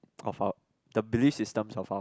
of our the belief system of our